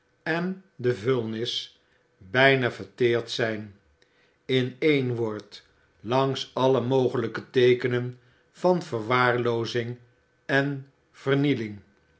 en de vuilnis bijna verteerd zijn in één woord langs alle mogelijke teekenen van verwaarloozing en vernieling